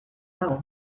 dago